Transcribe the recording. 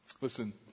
listen